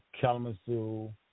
Kalamazoo